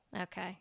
Okay